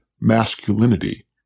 masculinity